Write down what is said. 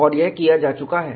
और यह किया जा चुका है